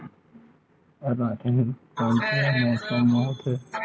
राहेर कोन से मौसम म होथे?